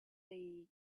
they